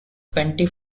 twenty